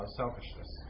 selfishness